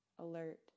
alert